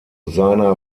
seiner